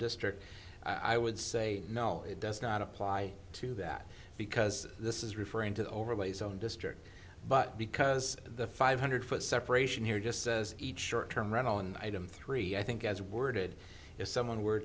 district i would say no it does not apply to that because this is referring to the overlay zone district but because the five hundred foot separation here just says each short term rental and item three i think as worded if someone were